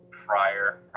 prior